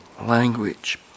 language